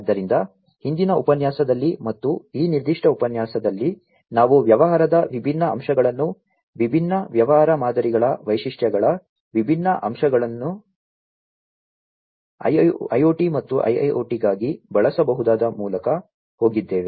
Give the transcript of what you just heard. ಆದ್ದರಿಂದ ಹಿಂದಿನ ಉಪನ್ಯಾಸದಲ್ಲಿ ಮತ್ತು ಈ ನಿರ್ದಿಷ್ಟ ಉಪನ್ಯಾಸದಲ್ಲಿ ನಾವು ವ್ಯವಹಾರದ ವಿಭಿನ್ನ ಅಂಶಗಳನ್ನು ವಿಭಿನ್ನ ವ್ಯವಹಾರ ಮಾದರಿಗಳ ವೈಶಿಷ್ಟ್ಯಗಳ ವಿಭಿನ್ನ ಅಂಶಗಳನ್ನು IoT ಮತ್ತು IIoT ಗಾಗಿ ಬಳಸಬಹುದಾದ ಮೂಲಕ ಹೋಗಿದ್ದೇವೆ